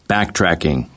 Backtracking